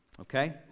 Okay